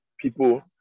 people